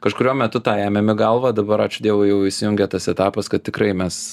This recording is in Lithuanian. kažkuriuo metu tą ėmėm į galvą dabar ačiū dievui jau įsijungia tas etapas kad tikrai mes